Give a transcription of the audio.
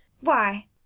Why